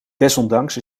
desondanks